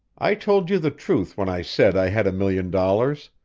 i told you the truth when i said i had a million dollars.